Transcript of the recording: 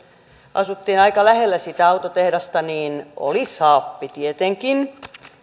asuimme aika lähellä sitä autotehdasta oli saab tietenkin